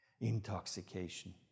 Intoxication